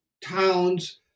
towns